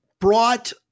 brought